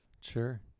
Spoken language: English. Sure